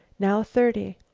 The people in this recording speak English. now thirty.